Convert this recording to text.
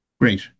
Great